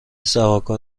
سوارکار